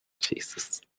Jesus